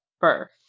birth